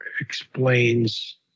explains